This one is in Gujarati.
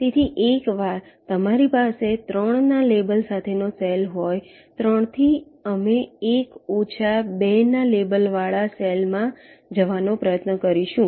તેથી એકવાર તમારી પાસે 3 ના લેબલ સાથેનો સેલ હોય 3 થી અમે 1 ઓછા 2 ના લેબલવાળા સેલ માં જવાનો પ્રયત્ન કરીશું